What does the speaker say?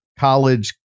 College